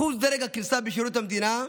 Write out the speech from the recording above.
אחוז דרג הכניסה בשירות המדינה,